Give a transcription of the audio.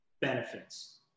benefits